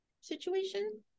situation